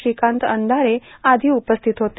श्रीकांत अंधारे आदी उपस्थित होते